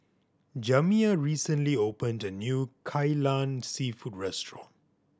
Jamiya recently opened a new Kai Lan Seafood restaurant